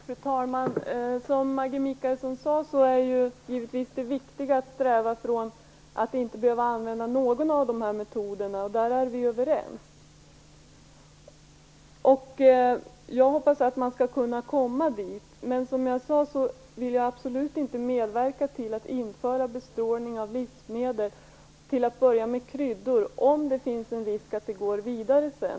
Fru talman! Som Maggi Mikaelsson sade är det viktiga givetvis att sträva mot att inte behöva använda någon av dessa metoder. Om det är vi överens. Jag hoppas att man skall kunna nå dit, men som jag sade vill jag absolut inte medverka till att införa bestrålning av livsmedel - till att börja med kryddor - om det finns en risk att det sedan går vidare.